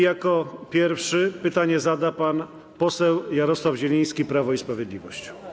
Jako pierwszy pytanie zada pan poseł Jarosław Zieliński, Prawo i Sprawiedliwość.